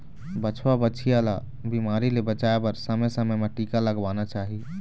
बछवा, बछिया ल बिमारी ले बचाए बर समे समे म टीका लगवाना चाही